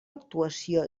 actuació